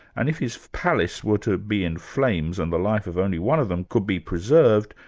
and if his palace were to be in flames and the life of only one of them could be preserved,